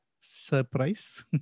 surprise